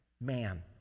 man